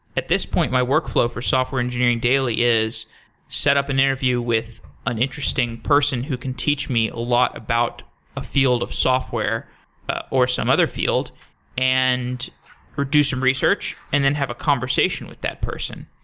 at this point, my workflow for software engineering daily is setup an interview with an interesting person who can teach me a lot about a field of software or some other field and or do some research and then have a conversation with that person.